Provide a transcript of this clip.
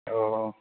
ꯑꯣꯑꯣ